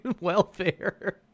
welfare